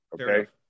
okay